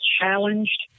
challenged